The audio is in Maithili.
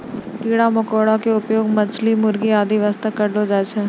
कीड़ा मकोड़ा के उपयोग मछली, मुर्गी आदि वास्तॅ करलो जाय छै